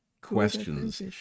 questions